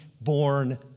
born